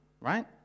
right